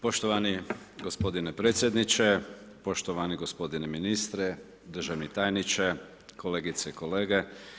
Poštovani gospodine predsjedniče, poštovani gospodine ministre, državni tajniče, kolegice i kolege.